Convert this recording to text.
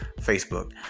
Facebook